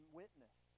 witness